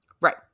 Right